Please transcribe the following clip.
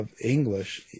English